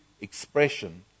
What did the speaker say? expression